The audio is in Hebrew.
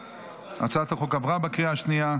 הצעת החוק עברה בקריאה השנייה.